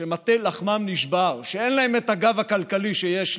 שמטה לחמם נשבר, שאין להם את הגב הכלכלי שיש לי?